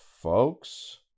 folks